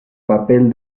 papel